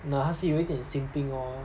你懂他是有一点心病 lor